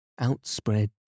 outspread